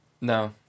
No